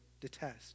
detest